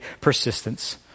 persistence